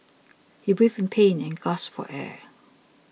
he writhed in pain and gasped for air